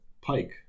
Pike